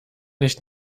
nicht